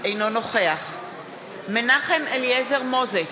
אינו נוכח מנחם אליעזר מוזס,